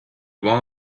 one